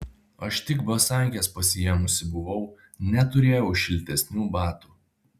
aš tik basankes pasiėmusi buvau neturėjau šiltesnių batų